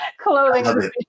clothing